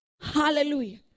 Hallelujah